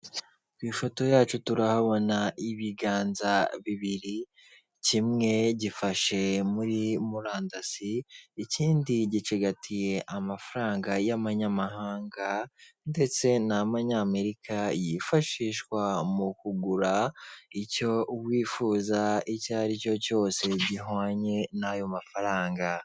Ku ifoto yacu turahabona ibiganza bibiri kimwe gifashe muri murandasi ikindi gicigatiye amafaranga y'amanyamahanga ndetse n'amanyamerika yifashishwa mu kugura icyo wifuza icyo aricyo cyose gihwanye n'ayo mafaranga.